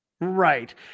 right